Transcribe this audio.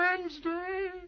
Wednesday